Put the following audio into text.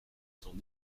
cent